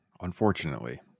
Unfortunately